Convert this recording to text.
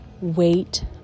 wait